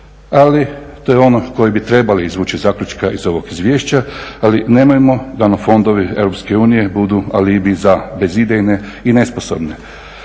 Ali to je ono koje bi trebali izvući zaključke iz ovog izvješća, ali nemojmo da nam fondovi Europske unije budu alibi za bezidejne i nesposobne.